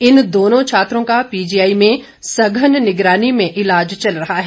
इन दोनों छात्रों का पीजीआई में सघन निगरानी में ईलाज चल रहा है